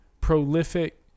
prolific